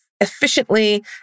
efficiently